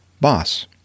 boss